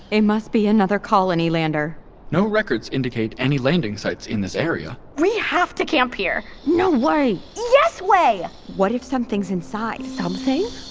it must be another colony lander no records indicate any landing sites in this area we have to camp here! no way! yes way! what if something's inside? something?